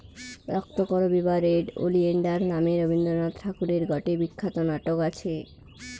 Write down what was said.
রক্তকরবী বা red oleander নামে রবীন্দ্রনাথ ঠাকুরের গটে বিখ্যাত নাটক আছে